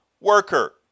worker